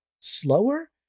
slower